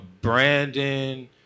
Brandon